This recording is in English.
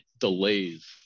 delays